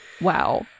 wow